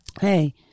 Hey